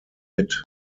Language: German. mit